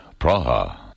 Praha